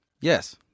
Yes